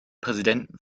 präsidenten